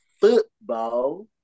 football